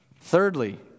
Thirdly